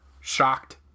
shocked